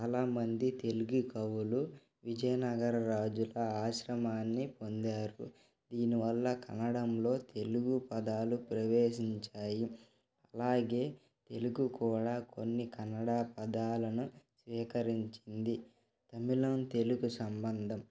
చాలా మంది తెలుగు కవులు విజయనగర రాజుల ఆశ్రయామాన్ని పొందారు దీనివల్ల కన్నడంలో తెలుగు పదాలు ప్రవేశించాయి అలాగే తెలుగు కూడా కొన్ని కన్నడ పదాలను స్వీకరించింది తమిళం తెలుగు సంబంధం